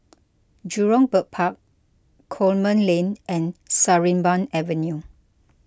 Jurong Bird Park Coleman Lane and Sarimbun Avenue